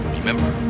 Remember